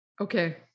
Okay